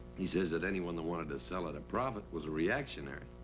he says that anyone that wanted to sell at a profit was a reactionary.